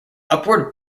upward